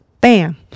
bam